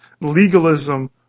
legalism